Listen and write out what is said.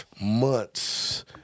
months